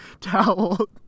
towel